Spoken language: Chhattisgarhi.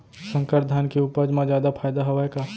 संकर धान के उपज मा जादा फायदा हवय का?